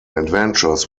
adventures